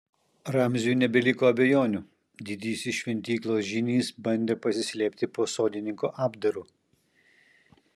ramziui nebeliko abejonių didysis šventyklos žynys bandė pasislėpti po sodininko apdaru